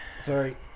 Sorry